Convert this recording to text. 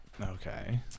Okay